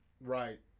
Right